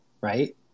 right